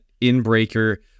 in-breaker